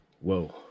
whoa